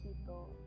people